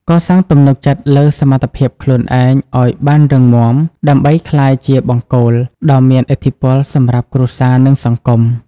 កសាងទំនុកចិត្តលើសមត្ថភាពខ្លួនឯងឱ្យបានរឹងមាំ ដើម្បីក្លាយជាបង្គោលដ៏មានឥទ្ធិពលសម្រាប់គ្រួសារ និងសង្គម។